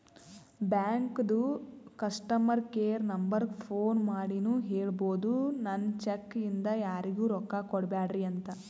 ಬ್ಯಾಂಕದು customer care ನಂಬರಕ್ಕ phone ಮಾಡಿನೂ ಹೇಳ್ಬೋದು, ನನ್ ಚೆಕ್ ಇಂದ ಯಾರಿಗೂ ರೊಕ್ಕಾ ಕೊಡ್ಬ್ಯಾಡ್ರಿ ಅಂತ